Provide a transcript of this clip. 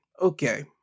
okay